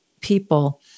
people